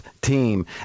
team